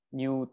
new